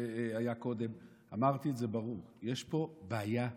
כשהיה קודם, אמרתי את זה ברור, יש פה בעיה אמיתית.